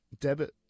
Debit